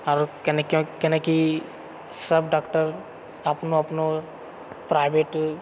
आर केना केना कि सब डॉक्टर अपनो अपनो प्राइवेट